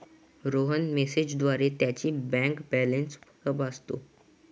रोहन मेसेजद्वारे त्याची bank balance तपासतो